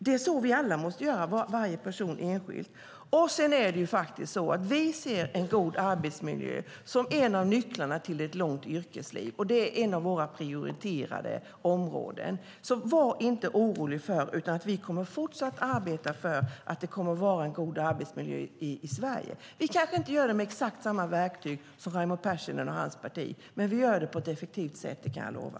Det är så vi alla måste göra - varje person enskilt. Vi ser en god arbetsmiljö som en av nycklarna till ett långt yrkesliv, och det är ett av våra prioriterade områden. Var alltså inte orolig - vi kommer att fortsatt arbeta för att det ska vara en god arbetsmiljö i Sverige. Vi kanske inte gör det med exakt samma verktyg som Raimo Pärssinen och hans parti, men vi gör det på ett effektivt sätt. Det kan jag lova.